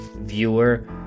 Viewer